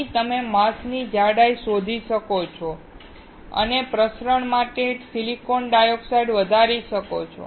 અહીં તમે માસ્કની જાડાઈ જોઈ શકો છો અને પ્રસરણ માટે સિલિકોન ડાયોક્સાઈડ વધારી શકો છો